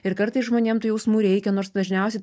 ir kartais žmonėm tų jausmų reikia nors dažniausiai